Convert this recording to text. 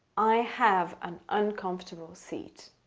i have an uncomfortable seat.